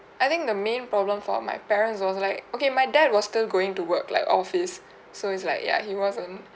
I think the main problem for my parents was like okay my dad was still going to work like office so it's like ya he wasn't